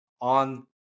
on